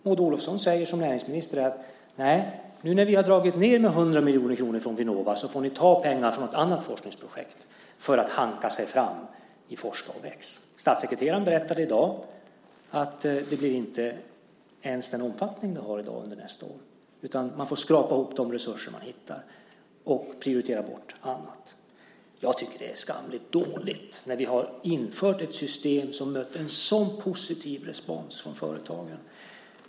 Maud Olofsson säger som näringsminister: Nu när vi har dragit ned med 100 miljoner kronor från Vinnova får ni ta pengar från något annat forskningsprojekt för att Forska och väx ska hanka sig fram. Statssekreteraren berättade i dag att det inte ens blir i den omfattning det har i dag under nästa år, utan man får skrapa ihop de resurser man hittar och prioritera bort annat. Jag tycker att det är skamligt dåligt när vi har infört ett system som mött en sådan positiv respons från företagen.